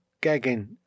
gagging